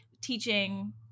teaching